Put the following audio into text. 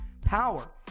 power